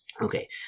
Okay